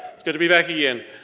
it's good to be back again.